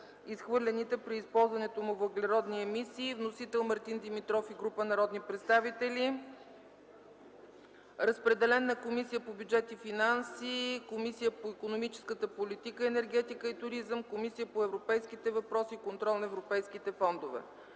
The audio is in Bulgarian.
изхвърляните при използването му въглеродни емисии. Вносител – Мартин Димитров и група народни представители. Разпределен на Комисията по бюджет и финанси, Комисията по икономическата политика, енергетика и туризъм и Комисията по европейските въпроси и контрол на европейските фондове;